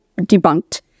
debunked